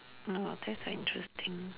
mm that's very interesting